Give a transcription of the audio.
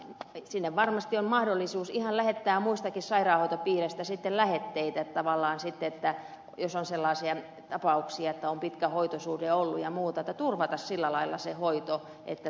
sinne varmasti on mahdollisuus ihan lähettää muistakin sairaanhoitopiireistä lähetteellä tavallaan sitten jos on sellaisia tapauksia että on pitkä hoitosuhde ollut ja muuta niin että turvataan sillä lailla se hoito